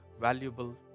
valuable